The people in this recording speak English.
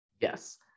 yes